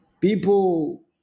People